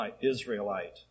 Israelite